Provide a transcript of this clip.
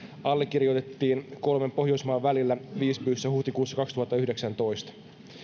allekirjoitettiin kolmen pohjoismaan välillä visbyssä huhtikuussa kaksituhattayhdeksäntoista